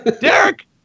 Derek